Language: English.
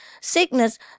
sickness